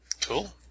Cool